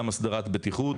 גם הסדרת בטיחות.